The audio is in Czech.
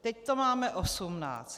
Teď to máme 18.